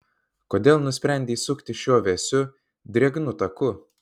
kodėl nusprendei sukti šiuo vėsiu drėgnu taku